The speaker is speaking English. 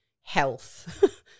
health